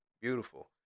Beautiful